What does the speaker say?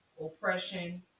oppression